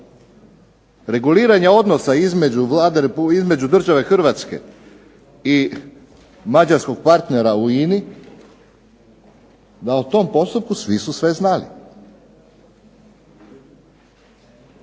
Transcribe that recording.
reguliranja odnosa između države Hrvatske i mađarskog partnera u INA-i da o tom postupku svi su sve znali.